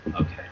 okay